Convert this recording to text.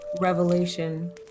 revelation